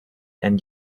and